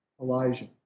Elijah